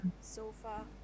sofa